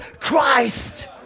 Christ